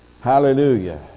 Hallelujah